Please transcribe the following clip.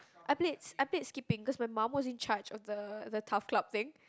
I played I played skipping cause my mum was in charge of the the tough club thing